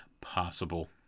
possible